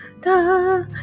da